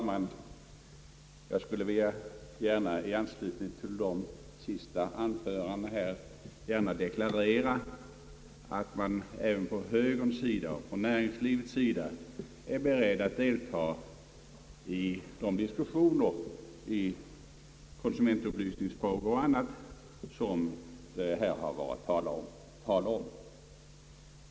Herr talman! I anslutning till de senaste anförandena vill jag gärna deklarera att vi från högerns och näringslivets sida är beredda att deltaga i de diskussioner bland annat i konsumentupplysningsfrågor som här har varit på tal.